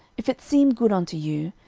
if it seem good unto you,